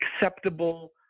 acceptable